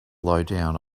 lowdown